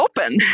open